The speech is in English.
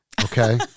Okay